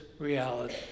reality